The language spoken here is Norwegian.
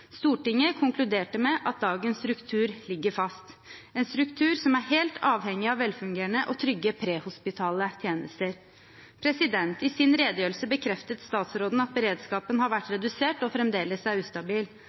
Stortinget konkluderte med at dagens struktur ligger fast, en struktur som er helt avhengig av velfungerende og trygge prehospitale tjenester. I sin redegjørelse bekreftet statsråden at beredskapen har vært redusert og fremdeles er ustabil.